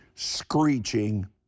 screeching